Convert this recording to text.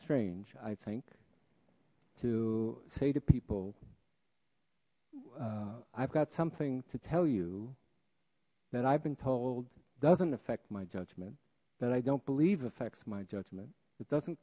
strange i think to say to people i've got something to tell you that i've been told doesn't affect my judgment that i don't believe affects my judgment it doesn't